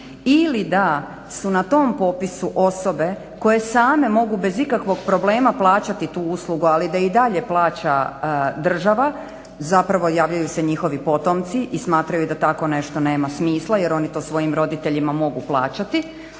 ili da su na tom popisu osobe koje same mogu bez ikakvog problema plaćati tu uslugu, ali da i dalje plaća država. Zapravo javljaju se njihovi potomci i smatraju da tako nešto nema smisla jer oni to svojim roditeljima mogu plaćati.